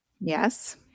Yes